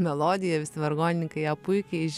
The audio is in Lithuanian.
melodija visi vargonininkai ją puikiai